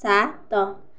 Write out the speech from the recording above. ସାତ